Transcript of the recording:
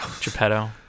geppetto